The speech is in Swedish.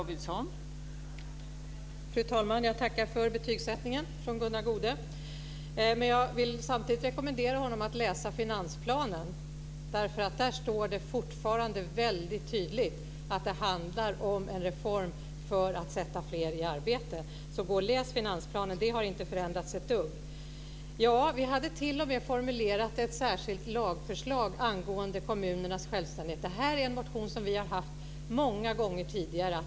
Fru talman! Jag tackar för betygsättningen från Gunnar Goude. Men jag vill samtidigt rekommendera honom att läsa finansplanen. Där står det fortfarande väldigt tydligt att det handlar om en reform för att sätta fler i arbete. Gå och läs finansplanen! Förslaget har inte förändrats ett dugg. Ja, vi hade t.o.m. formulerat att särskilt lagförslag angående kommunernas självständighet. Det här är en motion som vi har väckt många gånger tidigare.